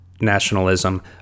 nationalism